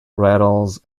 rattles